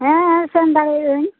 ᱦᱮᱸ ᱦᱮᱸ ᱥᱮᱱ ᱫᱟᱲᱮ ᱟᱹᱧ